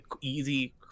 easy